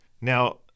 Now